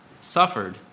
suffered